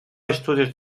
estudios